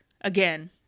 again